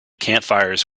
campfires